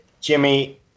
Jimmy